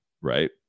Right